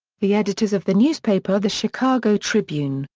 the editors of the newspaper the chicago tribune,